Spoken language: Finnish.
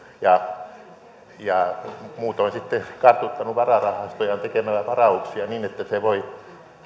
ja ja muutoin sitten kartuttanut vararahastoja tekemällä varauksia niin että se voi